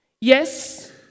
Yes